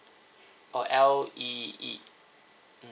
oh L E E